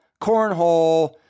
cornhole